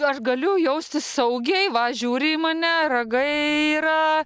aš galiu jaustis saugiai va žiūri į mane ragai yra